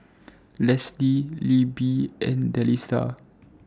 Leslee Libbie and Delisa